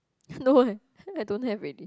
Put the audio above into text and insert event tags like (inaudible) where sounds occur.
no eh (laughs) I don't have already